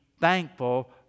thankful